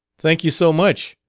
thank you so much,